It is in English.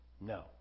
No